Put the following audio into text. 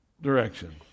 direction